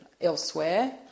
elsewhere